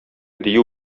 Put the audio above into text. дию